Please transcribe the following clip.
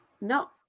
No